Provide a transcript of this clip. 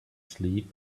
sleep